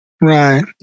Right